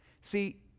See